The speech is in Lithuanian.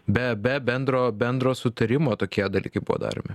be be bendro bendro sutarimo tokie dalykai buvo daromi